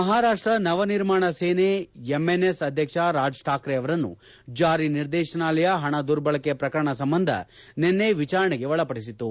Maharashtra Navnirman Sena MNS ಅಧ್ಯಕ್ಷ ರಾಜ್ ಠಾಕ್ರೆ ಅವರನ್ನು ಜಾರಿ ನಿರ್ದೇತನಾಲಯ ಹಣ ದುರ್ಬಳಕೆ ಪ್ರಕರಣದ ಸಂಬಂಧ ನಿನ್ನೆ ವಿಚಾರಣೆಗೆ ಒಳಪಡಿಸಿತು